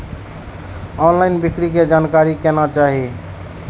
Online बिक्री के जानकारी केना चाही?